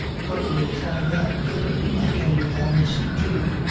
but you'll find out that i can be honest too,